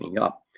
up